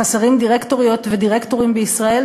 חסרים דירקטוריות ודירקטורים בישראל?